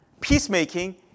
Peacemaking